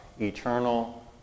eternal